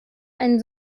einen